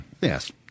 Yes